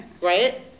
Right